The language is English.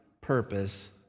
purpose